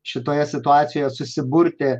šitoje situacijoje susiburti